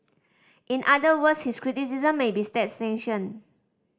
in other words his criticism may be state